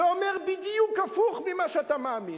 ואומר בדיוק הפוך ממה שאתה מאמין,